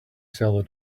seller